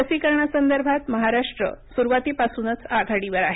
लसीकरणासंदर्भात महाराष्ट्र सुरूवातीपासूनच आघाडीवर आहे